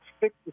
six